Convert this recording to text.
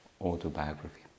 autobiography